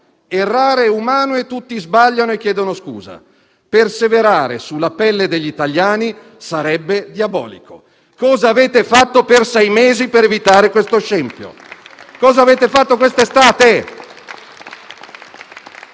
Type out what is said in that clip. Errare è umano e tutti sbagliano, poi chiedono scusa, ma perseverare sulla pelle degli italiani sarebbe diabolico. Cos'avete fatto per sei mesi, per evitare questo scempio? Cos'avete fatto quest'estate?